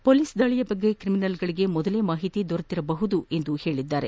police ದಾಳಿಯ ಬಗ್ಗೆ ತ್ರಿಮಿನಲ್ಗಳಿಗೆ ಮೊದಲೇ ಮಾಹಿತಿ ದೊರೆತಿರಬಹುದು ಎಂದು ತಿಳಿಸಿದರು